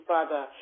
Father